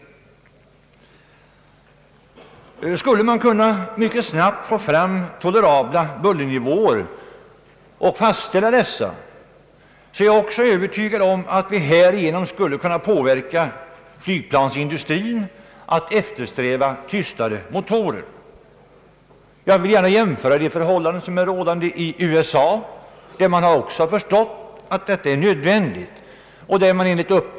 Om det vore möjligt att mycket snabbt fastställa tolerabla bullernivåer, är jag övertygad om att vi också skulle kunna påverka flygplansindustrin att eftersträva framställning av tystare motorer. Jag vill gärna jämföra med förhållandena i USA, där man också har förstått att det är nödvändigt att minska flygplanens motorbuller.